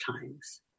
times